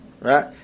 Right